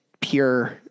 pure